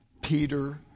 Peter